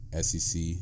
SEC